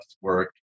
work